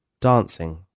Dancing